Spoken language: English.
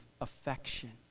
affection